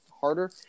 harder